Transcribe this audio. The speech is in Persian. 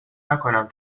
نکنم